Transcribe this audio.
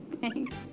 Thanks